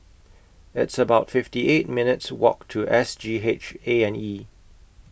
It's about fifty eight minutes' Walk to S G H A and E